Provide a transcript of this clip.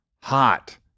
hot